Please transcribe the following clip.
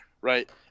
right